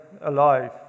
alive